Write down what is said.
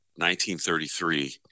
1933